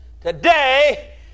Today